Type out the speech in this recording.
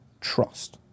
trust